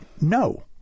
no